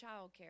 childcare